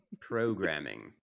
programming